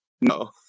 No